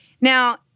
Now